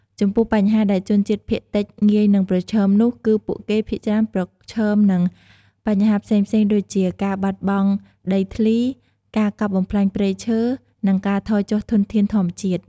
ចំពោះបញ្ហាដែលជនជាតិភាគតិចងាយនឹងប្រឈមនោះ គឺពួកគេភាគច្រើនប្រឈមនឹងបញ្ហាផ្សេងៗដូចជា ការបាត់បង់ដីធ្លី ការកាប់បំផ្លាញព្រៃឈើ និងការថយចុះធនធានធម្មជាតិ។